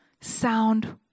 sound